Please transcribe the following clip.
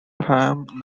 prime